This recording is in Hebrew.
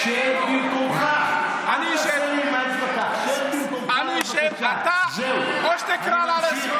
עד שאתה מוציא אותה מהאולם.